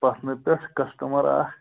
پَٹنہٕ پٮ۪ٹھ کَسٹٕمَر اَکھ